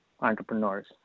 entrepreneurs